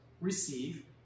receive